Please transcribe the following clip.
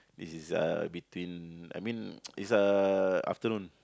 this is uh between I mean is uh afternoon